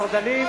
אנחנו דנים,